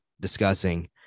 discussing